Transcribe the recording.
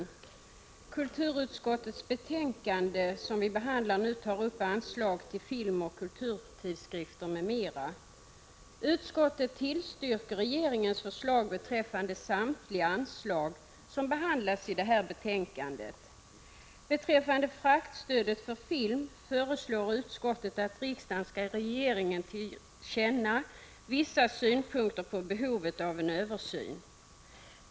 Fru talman! I det betänkande från kulturutskottet som vi nu behandlar tas anslag till film och kulturtidskrifter m.m. upp. Utskottet tillstyrker regeringens förslag beträffande samtliga anslag som behandlas i detta betänkande. Beträffande fraktstödet för film föreslår utskottet att riksdagen skall ge regeringen till känna vissa synpunkter på behovet av en översyn.